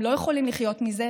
הם לא יכולים לחיות מזה,